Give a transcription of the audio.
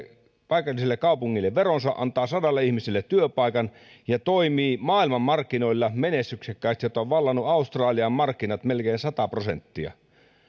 paikalliselle kaupungille veronsa antaa sadalle ihmiselle työpaikan toimii maailmanmarkkinoilla menestyksekkäästi on vallannut australian markkinat melkein sata prosenttisesti